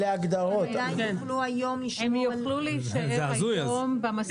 הם יוכלו להישאר היום במסלול היבוא המקביל.